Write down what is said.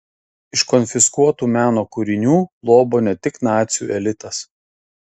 iš konfiskuotų meno kūrinių lobo ne tik nacių elitas